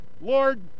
Lord